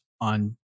on